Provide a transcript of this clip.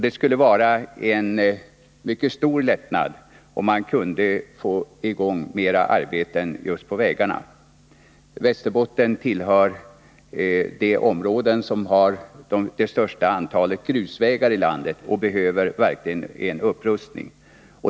Det skulle bli till mycket stor lättnad om man kunde få i gång mera arbeten just på vägarna. Västerbotten tillhör de områden som har det största antalet grusvägar i landet, och här behövs verkligen en upprustning.